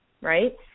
right